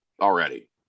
already